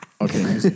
Okay